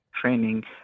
training